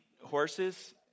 horses